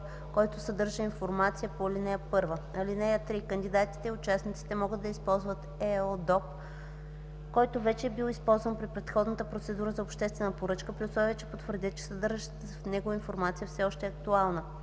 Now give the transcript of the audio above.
който съдържа информацията по ал. 1. (3) Кандидатите и участниците могат да използват ЕЕДОП, който вече е бил използван при предходна процедура за обществена поръчка, при условие че потвърдят, че съдържащата се в него информация все още е актуална.